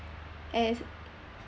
as